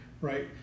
right